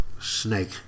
snake